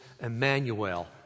Emmanuel